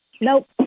Nope